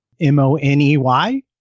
M-O-N-E-Y